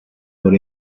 por